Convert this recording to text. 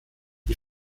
die